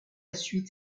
suite